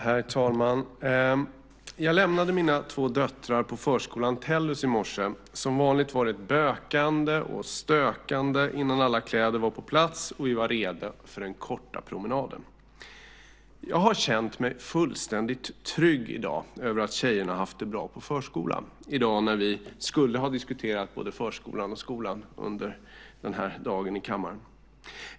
Herr talman! Jag lämnade mina två döttrar på förskolan Tellus i morse. Som vanligt var det ett bökande och stökande innan alla kläder var på plats och vi var redo för den korta promenaden. Jag har känt mig fullständigt trygg i dag med att tjejerna har haft det bra på förskolan, i dag när vi skulle ha diskuterat både förskolan och skolan under dagen i kammaren.